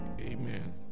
Amen